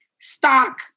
stock